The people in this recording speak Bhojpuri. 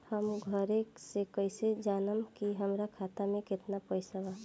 हम घरे से कैसे जानम की हमरा खाता मे केतना पैसा बा?